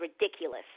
ridiculous